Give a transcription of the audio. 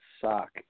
sock